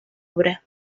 obra